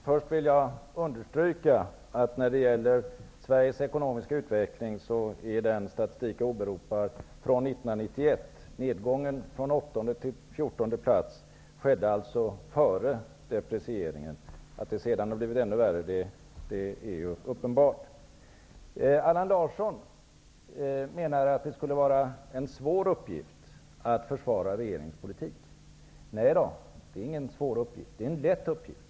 Fru talman! När det gäller Sveriges ekonomiska utveckling vill jag först understryka att den statistik jag åberopar är från 1991. Nedgången från åttonde till fjortonde plats skedde alltså före deprecieringen. Att det sedan blev ännu värre är ju uppenbart. Allan Larsson menar att det skulle vara en svår uppgift att försvara regeringens politik. Nej då, det är inte någon svår uppgift. Det är en lätt uppgift.